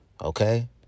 okay